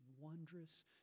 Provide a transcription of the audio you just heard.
wondrous